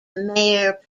mayor